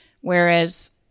whereas